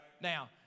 Now